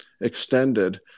extended